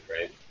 right